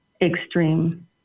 extreme